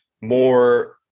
more